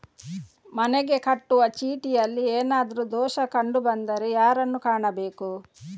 ಮನೆಗೆ ಕಟ್ಟುವ ಚೀಟಿಯಲ್ಲಿ ಏನಾದ್ರು ದೋಷ ಕಂಡು ಬಂದರೆ ಯಾರನ್ನು ಕಾಣಬೇಕು?